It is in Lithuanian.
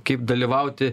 kaip dalyvauti